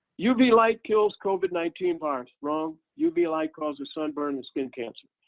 uv light kills covid nineteen virus. wrong. uv light causes sunburn and skin cancer.